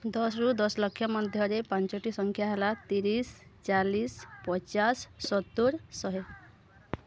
ଦଶରୁ ଦଶ ଲକ୍ଷ ମଧ୍ୟରେ ପାଞ୍ଚଟି ସଂଖ୍ୟା ହେଲା ତିରିଶ ଚାଳିଶ ପଚାଶ ସତର ଶହେ